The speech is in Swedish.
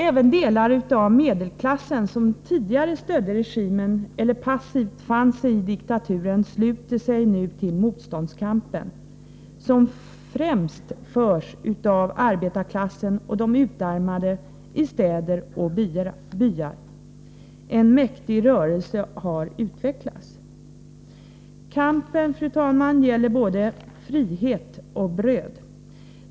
Även delar av medelklassen, som tidigare stödde regimen eller passivt fann sig i diktaturen, sluter sig nu till motståndskampen som främst förs av arbetarklassen och de utarmade i städer och byar. En mäktig rörelse har utvecklats. Kampen gäller både frihet och bröd.